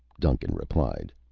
duncan replied.